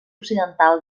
occidental